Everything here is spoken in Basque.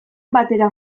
batera